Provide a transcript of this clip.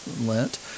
Lent